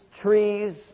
trees